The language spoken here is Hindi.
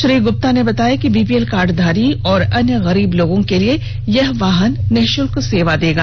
श्री बन्ना गुप्ता ने बताया कि बीपीएल कार्ड धारी और अन्य गरीब लोगों के लिए यह मोक्ष वाहन निशुल्क सेवा देगा